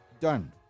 Done